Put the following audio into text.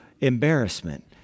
embarrassment